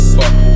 Fuck